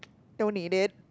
don't need it